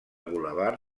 bulevard